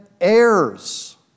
heirs